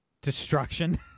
destruction